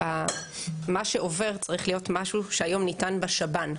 מה שעובר צריך להיות משהו שהיום ניתן בשב"ן.